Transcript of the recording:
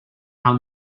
how